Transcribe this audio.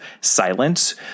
silence